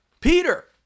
Peter